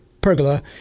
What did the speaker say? pergola